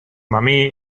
mami